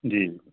ਜੀ